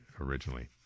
originally